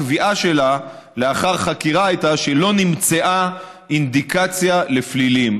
הקביעה שלה לאחר חקירה הייתה שלא נמצאה אינדיקציה לפלילים,